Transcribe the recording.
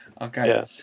Okay